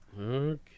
Okay